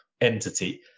entity